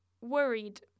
worried